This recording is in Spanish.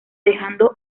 dejando